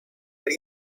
but